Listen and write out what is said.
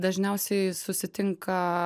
dažniausiai susitinka